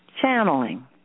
channeling